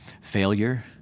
failure